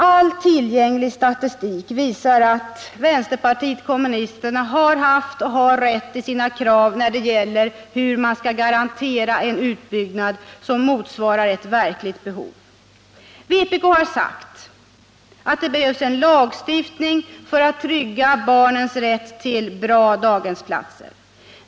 All tillgänglig statistik visar att vänsterpartiet kommunisterna har haft och har rätt i sin uppfattning om vad som krävs för att man skall kunna garantera en utbyggnad som motsvarar ett verkligt behov. Vpk har sagt att det behövs en lagstiftning för att trygga barnens rätt till bra daghemsplatser.